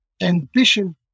ambition